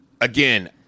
again